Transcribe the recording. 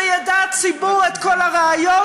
שידע הציבור את כל הראיות,